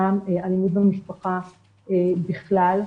גם אלימות במשפחה בכלל,